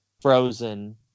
frozen